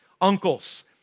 uncles